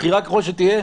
בכירה ככל שתהיה,